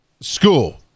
school